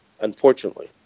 Unfortunately